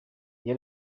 iyi